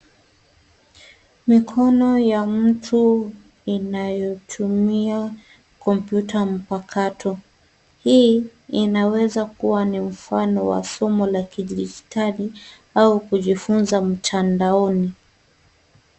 Mikono ya mtu inayotumia kompyuta mpakato. Hii inaweza kua ni mfano wa somo la kidijitali au kujifunza mtandaoni.